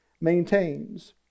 maintains